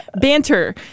Banter